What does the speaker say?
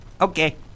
okay